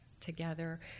together